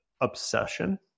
Obsession